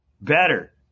Better